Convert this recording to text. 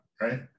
right